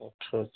अच्छा अच्छा